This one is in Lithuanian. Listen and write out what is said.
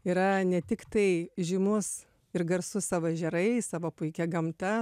yra ne tiktai žymus ir garsus savo ežerais savo puikia gamta